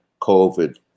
COVID